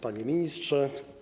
Panie Ministrze!